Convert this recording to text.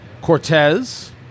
Cortez